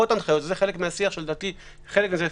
זה חלק מהשיח שלדעתי התפספס.